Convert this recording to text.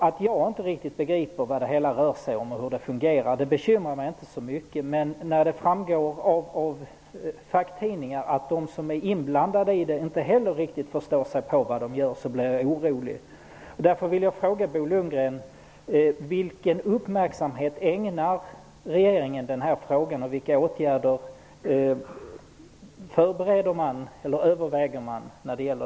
Att jag inte riktigt begriper vad det hela rör sig om och hur det fungerar bekymrar mig inte så mycket, men jag blir orolig när det av facktidningar framgår att de som är inblandade i detta inte heller riktigt förstår sig på vad de gör.